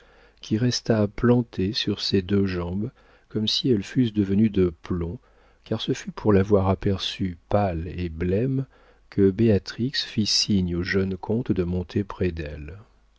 qui resta planté sur ses deux jambes comme si elles fussent devenues de plomb car ce fut pour l'avoir aperçu pâle et blême que béatrix fit signe au jeune comte de monter près d'elle